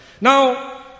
Now